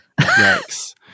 Yikes